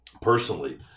personally